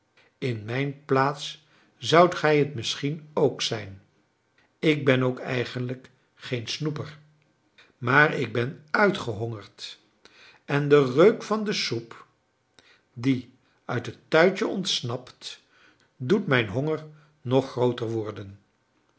in mijn plaats zoudt gij het misschien ook zijn ik ben ook eigenlijk geen snoeper maar ik ben uitgehongerd en de reuk van de soep die uit het tuitje ontsnapt doet mijn honger nog grooter worden